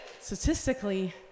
statistically